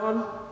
om.